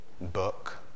book